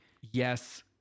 yes